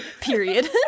Period